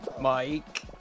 Mike